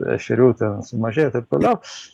ešerių ten sumažėjo taip toliau